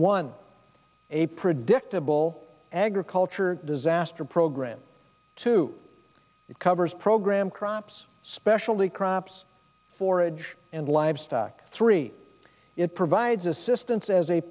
one a predictable agriculture disaster program two it covers program crops specialty crops forage and livestock three it provides assistance as a